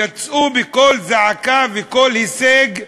יצאו בקול זעקה וקול הישג: